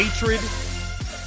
hatred